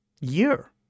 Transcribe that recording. year